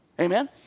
Amen